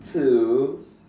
to